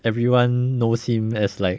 everyone knows him as like